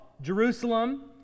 Jerusalem